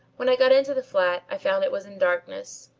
when i got into the flat i found it was in darkness.